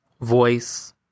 voice